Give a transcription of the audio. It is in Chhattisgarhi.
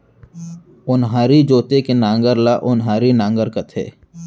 ओन्हारी जोते के नांगर ल ओन्हारी नांगर कथें